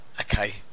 Okay